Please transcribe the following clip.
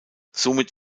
somit